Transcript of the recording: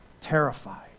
terrified